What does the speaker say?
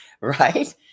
right